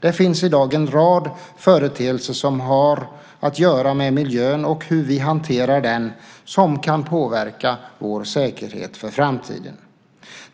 Det finns i dag en rad företeelser som har att göra med miljön och hur vi hanterar den som kan påverka vår säkerhet för framtiden.